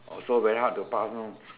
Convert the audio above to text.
also very hard to pass you know